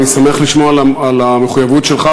אני שמח לשמוע על המחויבות שלך,